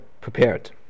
prepared